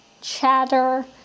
chatter